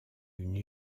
une